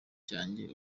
cyanjye